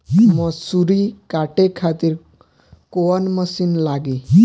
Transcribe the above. मसूरी काटे खातिर कोवन मसिन लागी?